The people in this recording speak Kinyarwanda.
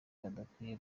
badakwiye